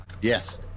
Yes